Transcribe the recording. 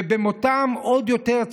ובמותם עוד יותר,